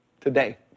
today